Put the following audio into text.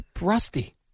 rusty